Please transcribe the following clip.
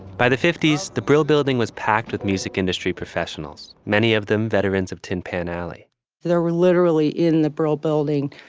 by the fifty point s the brill building was packed with music industry professionals, many of them veterans of tin pan alley there were literally in the brill building,